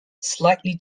slightly